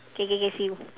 K K K see you